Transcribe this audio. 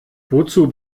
wozu